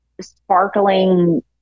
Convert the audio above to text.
sparkling